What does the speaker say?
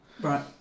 Right